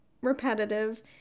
repetitive